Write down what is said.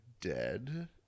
dead